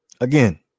again